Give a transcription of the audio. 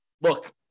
look